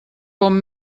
com